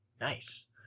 Nice